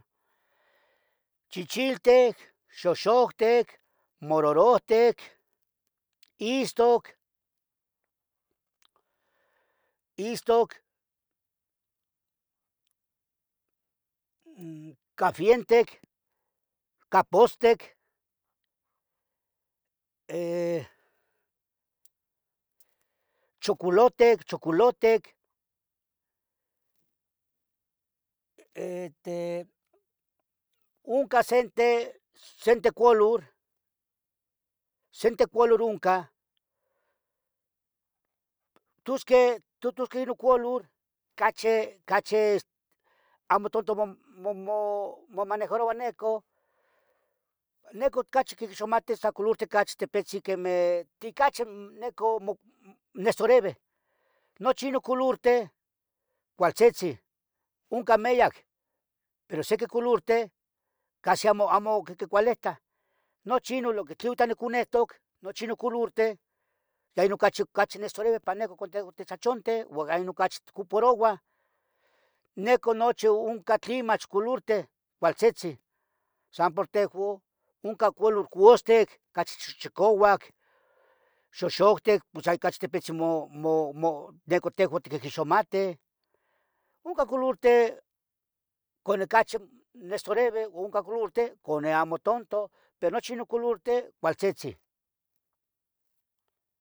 Chichiltec, xoxoctec, mororohtic, istoc, istoc, cahfientec,. capotztic, eh, chocolutec, chocolutec, ete unca sente colur,. sente colur uncan, tusque, tutusque inu colur, cachi, cachi, amo tonto, mo. mo momanejaroua neco, neco cachi quiguixmateh. sa colurti cachi tepitzen quemeh ti cachi neco mo, nestoreve. nochi inu colurte cualtzitzin, uncan meyac, pero siqui. colurte casi amo, amo quiquicualehtah, nochi inun lu que. tlin horita uneconehtoc, nochi inu colurte, ya inun cachi. cachi, nestoreve para neco uon inun cachi. ticoparouah Neco nochi unca tli mach colurte cualtzitzin san por tehuon. uncan colur custic, cachi chicauac, xoxoctic, pos ayi cachi. tepetzin mo- mo- mo, neco tehuon tiquiguixmateh, unca. colurte cuale cache nestoreve o unca colurte con ne amo. tonto, pero noci inu colurte cualtzitzin